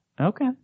Okay